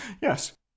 Yes